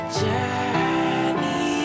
journey